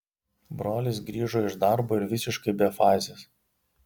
brolis grįžo iš darbo ir visiškai be fazės